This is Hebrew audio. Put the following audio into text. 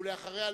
ואחריה,